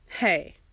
hey